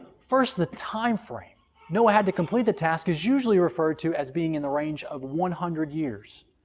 first, the timeframe noah had to complete the task is usually referred to as being in the range of one hundred years.